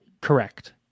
Correct